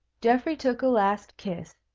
geoffrey took a last kiss,